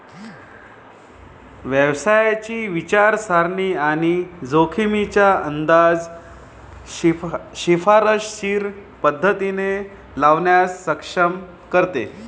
व्यवसायाची विचारसरणी आणि जोखमींचा अंदाज किफायतशीर पद्धतीने लावण्यास सक्षम करते